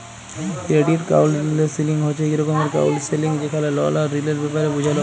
credit counselling হছে ইক রকমের কাউল্সেলিং যেখালে লল আর ঋলের ব্যাপারে বুঝাল হ্যয়